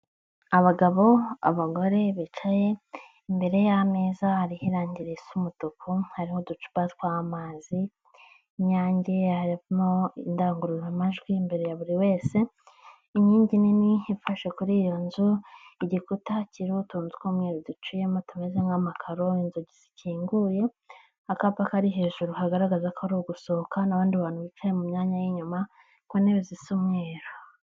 Abagabo abagore bicaye, imbere y'ameza hariho irange risa umutuku, hariho uducupa tw'amazi y'inyange, harimo indangururamajwi imbere ya buri wese, inkingi nini ifashe kuri iyo nzu, igikuta kiriho utuntu tw'umweru duciyemo tumeze nk'amakaro, inzugi zikinguye, akapa kari hejuru hagaragaza ko ari ugusohoka n'abandi bantu bicaye mu myanya y'inyuma ku ntebe zisa umweru.